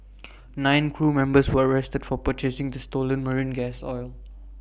nine crew members were arrested for purchasing the stolen marine gas oil